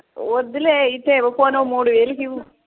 వద్దులే అయితే పోనీ మూడు వేలకి ఇవ్వు